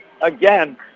again